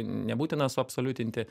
nebūtina suabsoliutinti